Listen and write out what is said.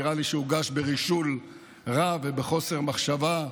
שנראה לי שהוגש ברישול רב ובחוסר מחשבה.